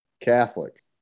catholic